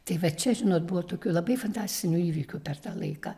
tai va čia žinot buvo tokių labai fantastinių įvykių per tą laiką